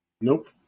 Nope